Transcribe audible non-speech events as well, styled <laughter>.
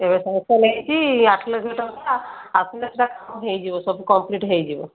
ଏବେ ସାଙ୍କ୍ସନ ହୋଇଛି ଆଠଲକ୍ଷ ଟଙ୍କା ଆସନ୍ତା <unintelligible> ହୋଇଯିବ ସବୁ କମ୍ପ୍ଲିଟ ହୋଇଯିବ